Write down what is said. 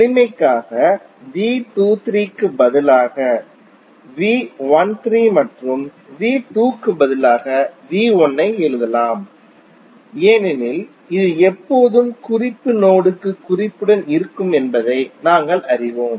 எளிமைக்காக V23 க்கு பதிலாக V13 மற்றும் V2 க்கு பதிலாக V1 ஐ எழுதலாம் ஏனெனில் இது எப்போதும் குறிப்பு நோடு க்கு குறிப்புடன் இருக்கும் என்பதை நாங்கள் அறிவோம்